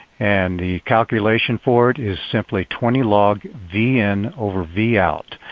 and the calculation for it is simply twenty log v in over v out.